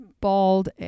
bald